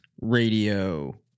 Radio